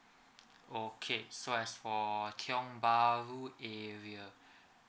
okay so as for tiong bahru area